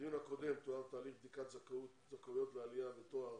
בדיון הקודם תואר תהליך בדיקת זכאויות לעלייה ותואר